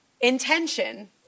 intention